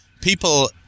People